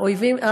האויבים,